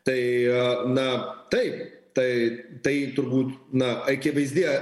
tai na taip tai tai turbūt na akivaizdi